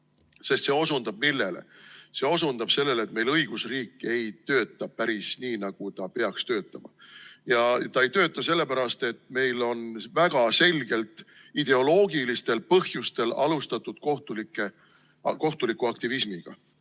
Sest see osutab millele? See osutab sellele, et meil õigusriik ei tööta päris nii, nagu peaks töötama. Ja ei tööta sellepärast, et meil on väga selgelt ideoloogilistel põhjustel alustatud kohtulikku aktivismi.